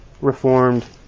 Reformed